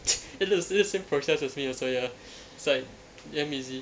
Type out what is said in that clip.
it look it's the same process as me also ya it's like damn easy